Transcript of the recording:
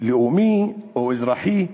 לאומי או אזרחי,